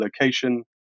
location